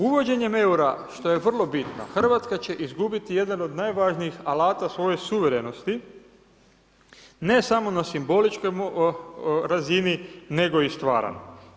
Uvođenjem eura što je vrlo bitno Hrvatska će izgubiti jedan od najvažnijih alata svoje suverenosti ne samo na simboličkoj razini, nego i stvarnoj.